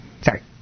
Sorry